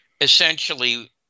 essentially